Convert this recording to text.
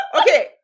Okay